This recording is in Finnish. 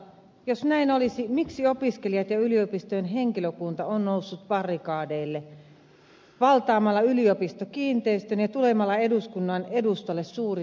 jos näin olisi miksi opiskelijat ja yliopistojen henkilökunta ovat nousseet barrikadeille valtaamalla yliopistokiinteistön ja tulemalla eduskunnan edustalle suurin joukoin